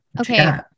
Okay